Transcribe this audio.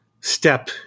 step